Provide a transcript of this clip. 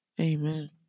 Amen